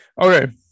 Okay